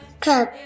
Club